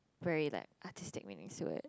very like artistic when you swear